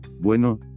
Bueno